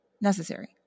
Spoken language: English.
necessary